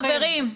חברים,